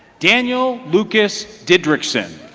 daniel lucas diedrickson.